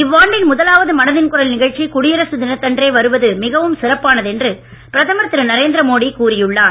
இவ்வாண்டின் முதலாவது மனதின் குரல் நிகழ்ச்சி குடியரசு தினத்தன்றே வருவது மிகவும் சிறப்பானது என்று பிரதமர் திரு நரேந்திரமோடி கூறி உள்ளார்